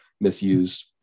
misused